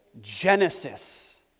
Genesis